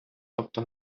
тобто